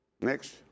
Next